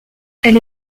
elle